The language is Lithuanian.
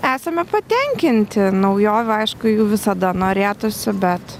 esame patenkinti naujovių aišku jų visada norėtųsi bet